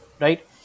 right